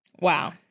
Wow